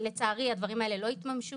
לצערי, הדברים האלה לא התממשו